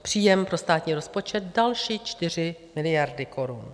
Příjem pro státní rozpočet další 4 miliardy korun.